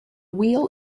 wheel